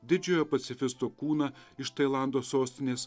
didžiojo pacifisto kūną iš tailando sostinės